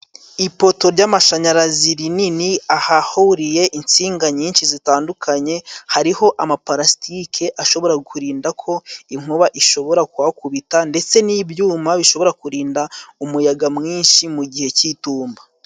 Ipoto ry'amashanyarazi rinini ahahuriye insinga nyinshi zitandukanye, hariho amapalasitike ashobora kurinda ko inkuba ishobora kuhakubita, ndetse n'ibyuma bishobora kurinda umuyaga mwinshi mu gihe cy'itumba.